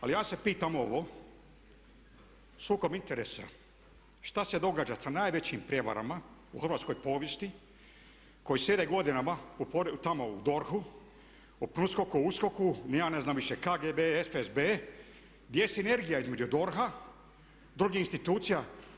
Ali ja se pitam ovo, sukob interesa, što se događa sa najvećim prijevarama u hrvatskoj povijesti koji sjede godinama tamo u DORH-u, u PNUSKOK-u, USKOK-u ni ja ne znam više KGB, FSB gdje je sinergija između DORH-a i drugih institucija?